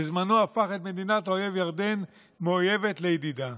בזמנו הפך את מדינת האויב ירדן מאויבת לידידה.